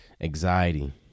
Anxiety